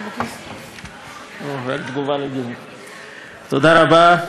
תודה רבה.